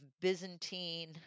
Byzantine